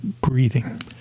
breathing